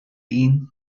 been